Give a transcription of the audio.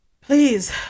please